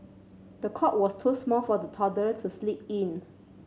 the cot was too small for the toddler to sleep in